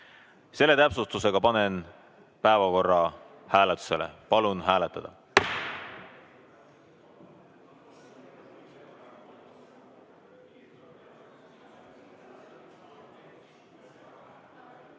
Selle täpsustusega panen päevakorra hääletusele. Palun hääletada!